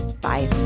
Bye